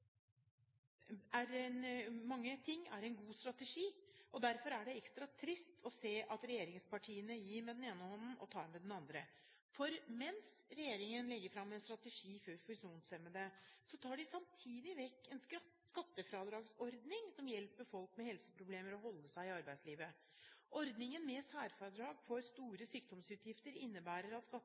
mange måter er en god strategi. Derfor er det ekstra trist å se at regjeringspartiene gir med den ene hånden og tar med den andre. For mens regjeringen legger fram en strategi for funksjonshemmede, tar de samtidig vekk en skattefradragsordning som hjelper folk med helseproblemer å holde seg i arbeidslivet. Ordningen med særfradrag for store sykdomsutgifter innebærer at